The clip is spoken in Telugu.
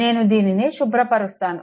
నేను దీనిని శుభ్రపరుస్తాను